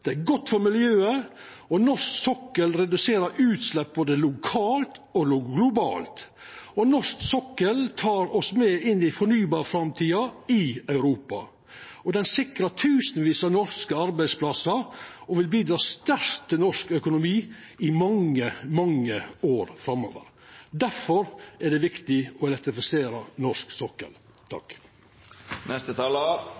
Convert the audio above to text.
er godt for miljøet, og den norske sokkelen reduserer utslepp både lokalt og globalt. Den norske sokkelen tek oss med inn i fornybar-framtida i Europa, han sikrar tusenvis av norske arbeidsplassar og vil bidra sterkt til norsk økonomi i mange, mange år framover. Difor er det viktig å